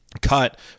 cut